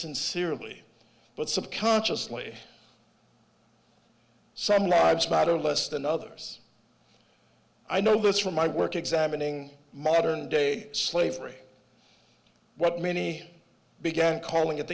sincerely but subconsciously some lives matter less than others i know this for my work examining modern day slavery what many began calling at